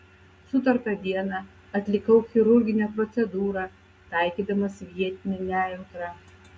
sutartą dieną atlikau chirurginę procedūrą taikydamas vietinę nejautrą